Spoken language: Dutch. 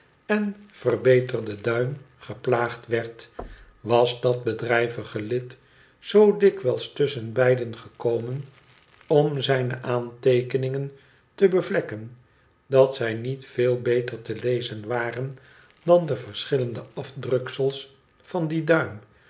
en verbeterenden duim geplaagd werd was dat bedrijvige lid zoo dikwijb tusschen beiden gekomen om zijne aanteekeningen te bevlek ken dat zij niet veel beter te lezen waren dan de verschillende afdruksels van dien duim